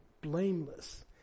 blameless